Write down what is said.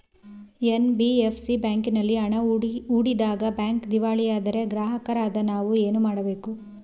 NBFC ಬ್ಯಾಂಕಿನಲ್ಲಿ ಹಣ ಹೂಡಿದಾಗ ಬ್ಯಾಂಕ್ ದಿವಾಳಿಯಾದರೆ ಗ್ರಾಹಕರಾದ ನಾವು ಏನು ಮಾಡಬೇಕು?